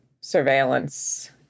surveillance